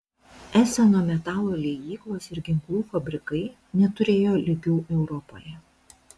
eseno metalo liejyklos ir ginklų fabrikai neturėjo lygių europoje